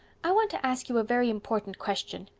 i want to ask you a very important question.